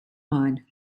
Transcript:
mine